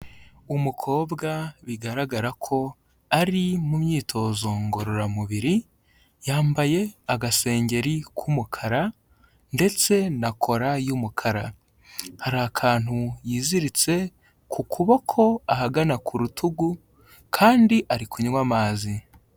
Umukobwa bigaragara ko ari mu myitozo ngororamubiri, yambaye agasengeri k'umukara ndetse na kora y'umukara. Hari akantu yiziritse ku kuboko ahagana ku rutugu kandi ari kunywa amazi.